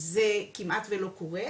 זה כמעט ולא קורה,